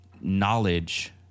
knowledge